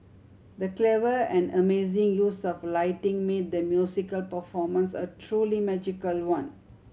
the clever and amazing use of lighting made the musical performance a truly magical one